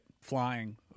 flying